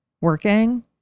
working